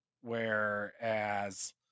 whereas